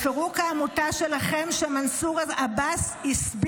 לפירוק העמותה שלכם, של מנסור עבאס,